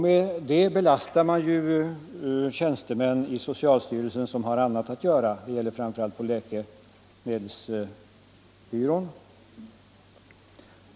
Sådana förfrågningar belastar tjänstemän i socialstyrelsen som har annat att göra; det gäller framför allt läkemedelsbyrån.